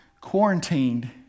quarantined